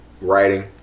writing